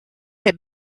had